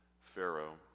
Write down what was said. Pharaoh